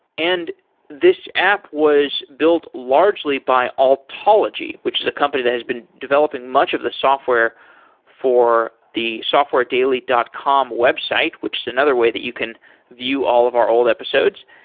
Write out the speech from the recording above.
and this app was built largely by altalogy, which is a company that has been developing much of the software for the softwaredaily dot com website, which is another way that you can view all of our old episodes,